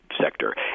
sector